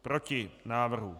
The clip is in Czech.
Proti návrhu.